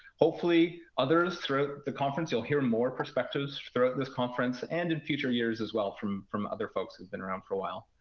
hopefully others, throughout the conference, you'll hear more perspectives throughout this conference and in future years as well from from other folks who've been around for a while.